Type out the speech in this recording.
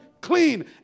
Clean